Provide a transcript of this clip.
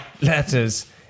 Letters